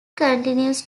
continues